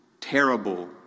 terrible